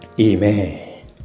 Amen